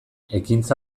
ekintza